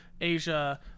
Asia